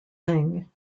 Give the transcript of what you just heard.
thing